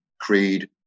creed